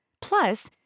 Plus